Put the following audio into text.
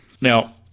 now